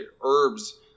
Herbs